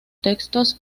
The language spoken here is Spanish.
textos